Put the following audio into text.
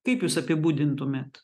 kaip jūs apibūdintumėt